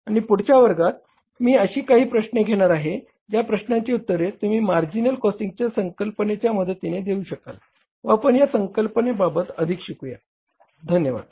आणि पुढच्या वर्गात मी अशी काही प्रश्ने घेणार आहे ज्या प्रश्नांची उत्तरे तुम्ही मार्जिनल कॉस्टिंगच्या संकल्पनेच्या मदतीने देऊ शकाल व आपण या संकल्पनेबाबत अधिक शिकूया धन्यवाद